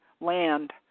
land